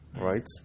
right